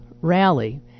rally